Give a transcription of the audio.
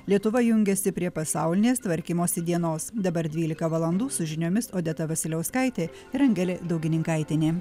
lietuva jungiasi prie pasaulinės tvarkymosi dienos dabar dvylika valandų su žiniomis odeta vasiliauskaitė ir angelė daugininkaitienė